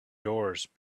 doors